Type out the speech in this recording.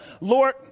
Lord